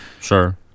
Sure